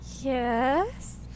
Yes